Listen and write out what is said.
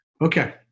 Okay